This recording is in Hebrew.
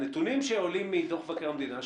הנתונים שעולים מדוח מבקר המדינה,